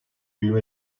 büyüme